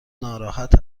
ناراحت